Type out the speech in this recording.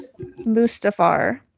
Mustafar